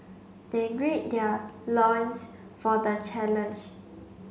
they grid their loins for the challenge